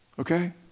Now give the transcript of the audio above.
Okay